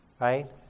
right